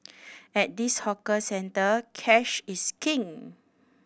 at this hawker centre cash is king